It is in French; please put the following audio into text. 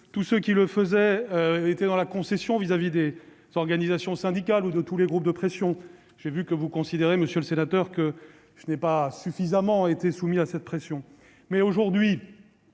tous ceux qui y parvenaient étaient dans la concession vis-à-vis des organisations syndicales ou de tous les groupes de pression. Vous considérez apparemment, monsieur le sénateur, que je n'ai pas suffisamment été soumis à cette pression ... L'important, aujourd'hui,